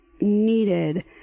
needed